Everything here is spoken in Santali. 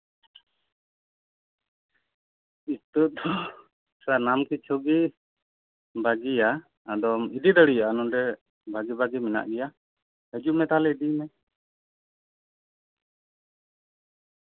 ᱤᱛᱟᱹ ᱫᱚ ᱥᱟᱱᱟᱢ ᱠᱤᱪᱷᱩ ᱜᱮ ᱵᱷᱟᱜᱤᱭᱟ ᱟᱫᱚᱢ ᱤᱫᱤ ᱫᱟᱲᱤᱭᱟᱜᱼᱟ ᱱᱚᱸᱰᱮ ᱵᱷᱟᱜᱤᱼᱵᱷᱟᱜᱤ ᱢᱮᱱᱟᱜ ᱜᱮᱭᱟ ᱦᱟᱡᱩᱜ ᱢᱮ ᱛᱟᱞᱦᱮ ᱤᱫᱤᱭ ᱢᱮ